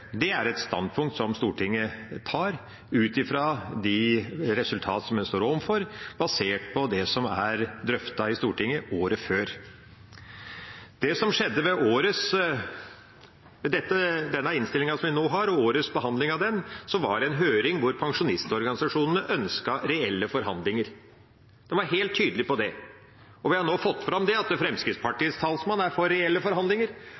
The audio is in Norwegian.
Det er et standpunkt som Stortinget tar, ut fra de resultater som man står overfor, basert på det som er drøftet i Stortinget året før. Det som skjedde i forbindelse med denne innstillinga som vi nå har, og årets behandling av den, var at det var en høring hvor pensjonistorganisasjonene ønsket reelle forhandlinger. De var helt tydelige på det. Vi har nå fått fram at Fremskrittspartiets talsmann er for reelle forhandlinger,